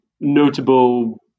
notable